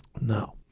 Now